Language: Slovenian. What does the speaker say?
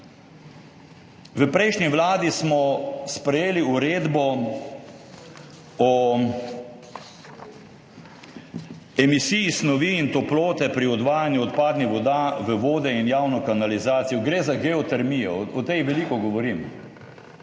V prejšnji vladi smo sprejeli Uredbo o emisiji snovi in toplote pri odvajanju odpadnih voda v vode in javno kanalizacijo. Gre za geotermijo, o tej veliko govorim.